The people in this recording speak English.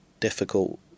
difficult